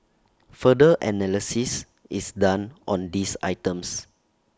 further analysis is done on these items